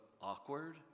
awkward